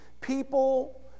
people